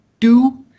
two